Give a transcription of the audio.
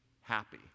happy